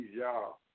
y'all